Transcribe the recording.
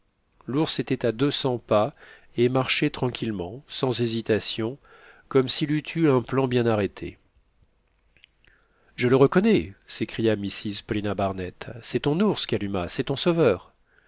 l'ours était à deux cents pas et marchait tranquillement sans hésitation comme s'il eût eu un plan bien arrêté je le reconnais s'écria mrs paulina barnett c'est ton ours kalumah c'est ton sauveur